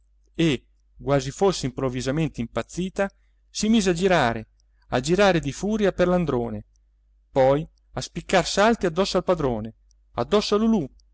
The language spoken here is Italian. e quasi fosse improvvisamente impazzita si mise a girare a girar di furia per l'androne poi a spiccar salti addosso al padrone addosso a lulù